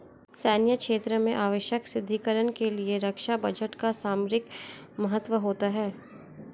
सैन्य क्षेत्र में आवश्यक सुदृढ़ीकरण के लिए रक्षा बजट का सामरिक महत्व होता है